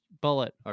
bullet